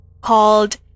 called